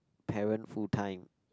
parent full time